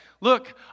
Look